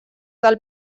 del